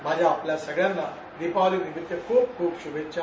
माझ्या आपला सगळ्यांना दिपावली निमित्त खूप शुभेच्छा